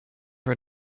for